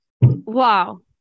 Wow